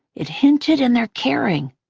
it hinted in their caring,